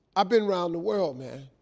i been around the world, man,